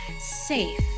Safe